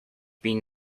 been